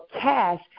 cash